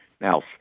Now